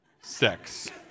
sex